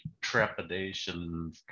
trepidation